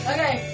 Okay